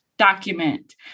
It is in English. document